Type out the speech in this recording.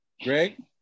Greg